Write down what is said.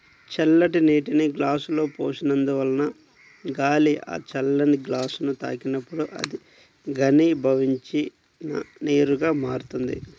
చల్లటి నీటిని గ్లాసులో పోసినందువలన గాలి ఆ చల్లని గ్లాసుని తాకినప్పుడు అది ఘనీభవించిన నీరుగా మారుతుంది